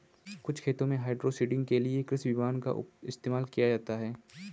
कुछ खेतों में हाइड्रोसीडिंग के लिए कृषि विमान का इस्तेमाल किया जाता है